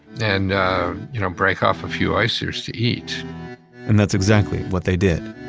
and you know break off a few oysters to eat and that's exactly what they did.